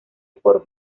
por